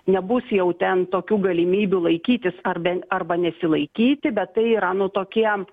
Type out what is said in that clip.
nebus jau ten tokių galimybių laikytis ar ben arba nesilaikyti bet tai yra nu tokie